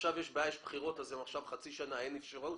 עכשיו יש בחירות, אז חצי שנה אין לי תשובות?